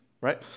right